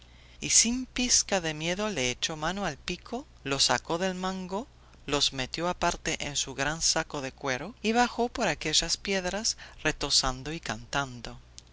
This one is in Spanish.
y sin pizca de miedo le echó mano al pico lo sacó del mango los metió aparte en su gran saco de cuero y bajó por aquellas piedras retozando y cantando